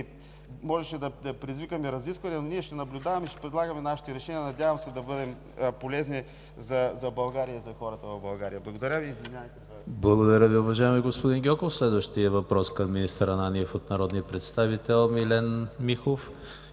можеше да предизвикаме разисквания. Ние обаче ще наблюдаваме и ще предлагаме нашите решения. Надявам се да бъдем полезни за България и за хората в България. Благодаря. ПРЕДСЕДАТЕЛ ЕМИЛ ХРИСТОВ: Благодаря Ви, уважаеми господин Гьоков. Следващият въпрос към министър Ананиев е от народния представител Милен Михов